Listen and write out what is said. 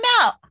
out